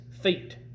feet